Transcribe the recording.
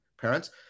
parents